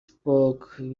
spoke